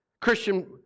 Christian